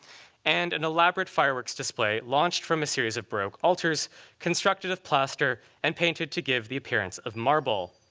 and an elaborate fireworks display launched from a series of broke altars constructed of plaster and painted to give the appearance of marble.